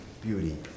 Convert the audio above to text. beauty